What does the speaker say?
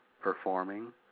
performing